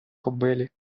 кобилі